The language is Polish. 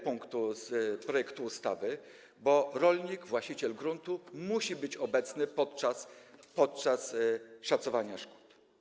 punktu z projektu ustawy, bo rolnik, właściciel gruntu musi być obecny podczas szacowania szkód.